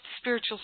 spiritual